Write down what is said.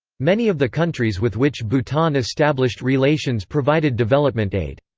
many of the countries with which bhutan established relations provided development aid.